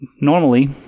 normally